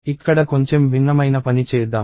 ఇక్కడ కొంచెం భిన్నమైన పని చేద్దాం